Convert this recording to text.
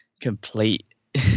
complete